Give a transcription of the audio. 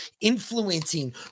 influencing